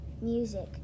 Music